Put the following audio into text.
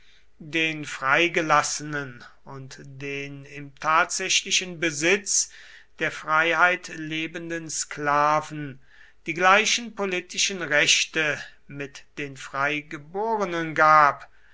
den freigelassenen und den im tatsächlichen besitz der freiheit lebenden sklaven die gleichen politischen rechte mit den freigeborenen gab